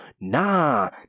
nah